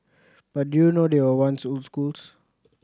but do you know they were once schools